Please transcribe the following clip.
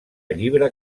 llibre